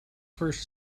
first